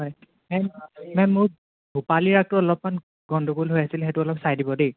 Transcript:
ma'am মোক ভূপালী ৰাগটো অলপমান গন্দগোল হৈ আছিল সেইটো অলপ চাই দিব দেই